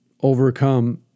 overcome